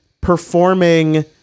performing